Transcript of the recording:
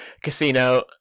Casino